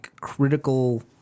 critical